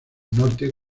norte